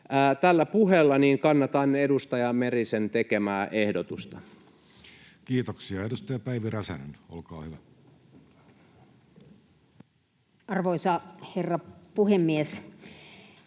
Tällä puheella kannatan edustaja Merisen tekemää ehdotusta. Kiitoksia.— Edustaja Päivi Räsänen, olkaa hyvä. Arvoisa herra puhemies!